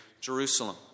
Jerusalem